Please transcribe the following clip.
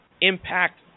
impact